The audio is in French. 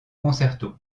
concerto